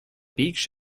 beach